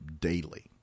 daily